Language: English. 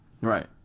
Right